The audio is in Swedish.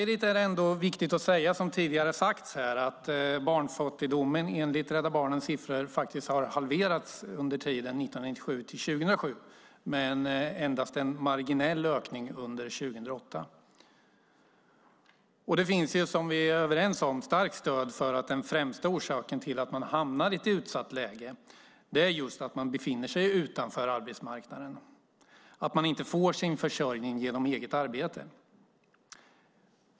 Det är ändå viktigt att säga att barnfattigdomen enligt Rädda Barnens siffror har halverats under tiden 1997 till 2007. Under 2008 ser vi en marginell ökning. Vi är överens om att den främsta orsaken till att man hamnar i ett utsatt läge är att man befinner sig utanför arbetsmarknaden och inte får sin försörjning genom eget arbete.